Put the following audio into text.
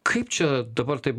kaip čia dabar taip